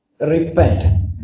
Repent